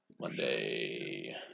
Monday